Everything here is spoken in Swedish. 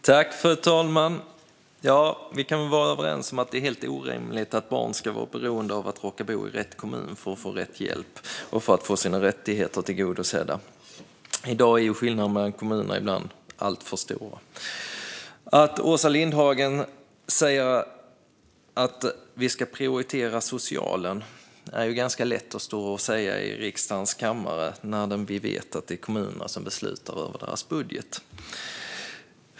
Fru talman! Vi kan vara överens om att det är helt orimligt att barn ska vara beroende av att råka bo i rätt kommun för att få rätt hjälp och för att få sina rättigheter tillgodosedda. I dag är skillnaden mellan kommuner ibland alltför stor. Åsa Lindhagen säger att vi ska prioritera socialen. Det är lätt att säga i riksdagens kammare, men vi vet ju att det är kommunerna som beslutar om deras budget.